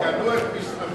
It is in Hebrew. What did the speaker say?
הם קנו את ספרי המכרז.